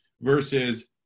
versus